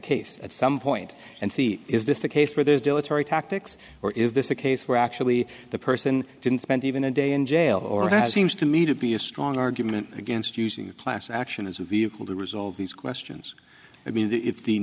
case at some point and see is this a case where there's dilatory tactics or is this a case where actually the person didn't spend even a day in jail or has seems to me to be a strong argument against using a class action as a vehicle to resolve these questions i mean if the